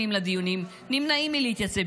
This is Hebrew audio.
יחד, אם אתם לא באים איתנו?